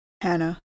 Hannah